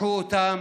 רצחו אותם